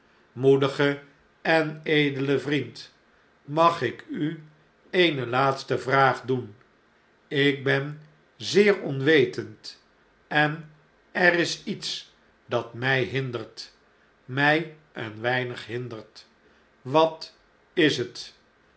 moedige en edele vriend mag ik u eene laatste vraag doen ik ben zeer onwetend en er is iets dat my hindert my een weinig hindert wat is het